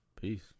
Peace